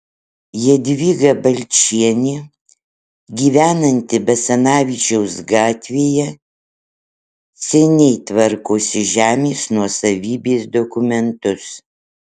jadvyga balčienė gyvenanti basanavičiaus gatvėje seniai tvarkosi žemės nuosavybės dokumentus